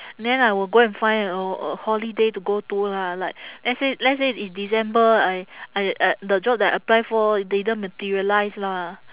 then I will go and find a uh holiday to go to lah like let's say let's say in december I I(uh) the job that I apply for didn't materialise lah